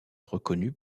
reconnue